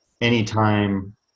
anytime